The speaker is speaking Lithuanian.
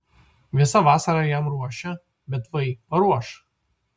visą vasarą jam ruošia bet vai paruoš